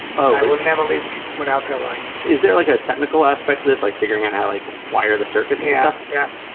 i will never leave people without their lights is there like a technical aspect to this? like figuring out how like why are the circuits yeah, yeah,